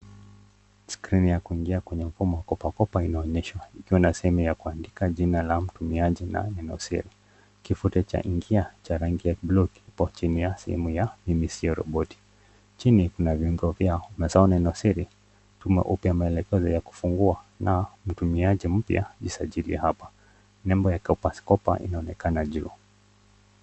Skrini ya kuingia kwenye mfumo wa kopakopa inaonyeshwa ikiwa na sehemu ya kuandika la mtumiaji na neno siri. Kivute cha' Ingia' cha rangi ya buluu kipo chini ya sehemu ya body. Chini kuna viungo vyao 'Umesahau neno siri? Tuma upya maelekezo ya kufungua' na' Mtumiaji mpya? Jisajili hapa.' Nembo ya corpus kopa inaonekana juu.